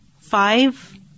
Five